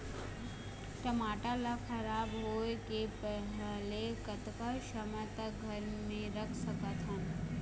टमाटर ला खराब होय के पहले कतका समय तक घर मे रख सकत हन?